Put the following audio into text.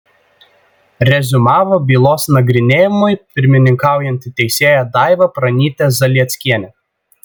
reziumavo bylos nagrinėjimui pirmininkaujanti teisėja daiva pranytė zalieckienė